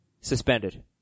suspended